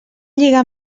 lligar